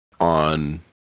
on